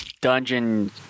dungeon